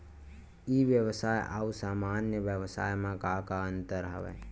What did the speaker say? ई व्यवसाय आऊ सामान्य व्यवसाय म का का अंतर हवय?